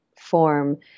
form